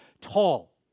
tall